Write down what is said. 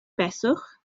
beswch